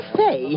say